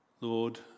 Lord